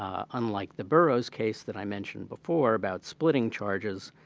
um unlike the burroughs case that i mentioned before about splitting charges,